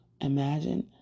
imagine